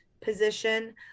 position